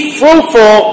fruitful